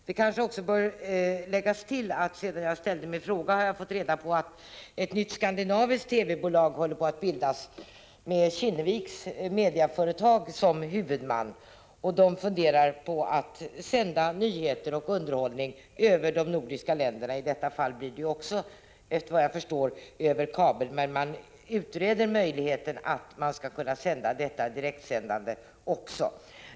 Det kanske också bör läggas till att jag, sedan jag framställde min fråga, har fått reda på att ett nytt skandinaviskt TV-bolag håller på att bildas med Kinneviks mediaföretag som huvudman. Man funderar på att sända nyheter och underhållning över de nordiska länderna. Även i detta fall blir det, såvitt jag förstår, fråga om att sända över kabel, men man utreder också möjligheten att sända direkt.